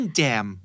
jam